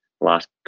last